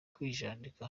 kwijandika